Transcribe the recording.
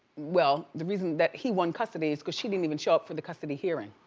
well, the reason that he won custody is because she didn't even show up for the custody hearing.